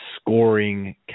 scoring